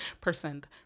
percent